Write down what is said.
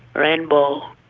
rainbow.